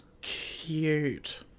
Cute